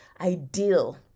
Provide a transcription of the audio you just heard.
ideal